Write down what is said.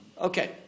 Okay